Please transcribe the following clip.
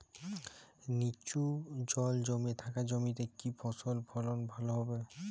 নিচু জল জমে থাকা জমিতে কি ফসল ফলন ভালো হবে?